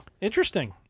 interesting